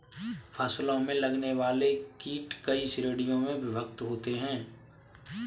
फसलों में लगने वाले कीट कई श्रेणियों में विभक्त होते हैं